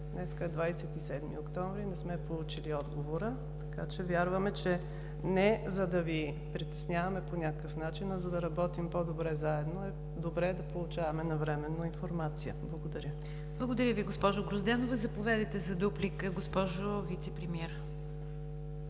днес е 27 октомври и не сме получили отговора, така че вярваме, че – не за да Ви притесняваме по някакъв начин, а за да работим по-добре заедно, е добре да получаваме навременно информация. Благодаря. ПРЕДСЕДАТЕЛ НИГЯР ДЖАФЕР: Благодаря Ви, госпожо Грозданова. Заповядайте за дуплика, госпожо Вицепремиер.